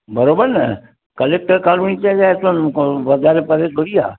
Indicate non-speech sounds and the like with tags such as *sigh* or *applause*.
बराबरि न collector colony *unintelligible* वधारे परे थोरी आहे